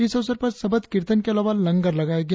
इस अवसर पर सवद कीर्तन के अलावा लंगर लगाया गया